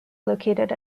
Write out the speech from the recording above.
located